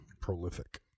Prolific